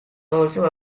also